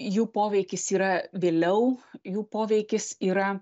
jų poveikis yra vėliau jų poveikis yra